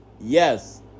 Yes